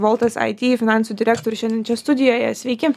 voltas it finansų direktorius šiandien čia studijoje sveiki